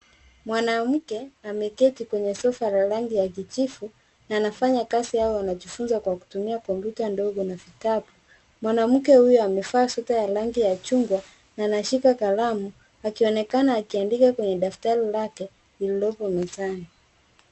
Mwanamke ameketi kwenye sofa la rangi ya kijivu na anafanya kazi au anajifunza kwa kutumia kompyuta ndogo na vitabu. Mwanamke huyo amevaa sweta ya rangi ya chungwa na anashika kalamu akionekana akiandika kwenye daftari lake lililopo mezani.